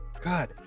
God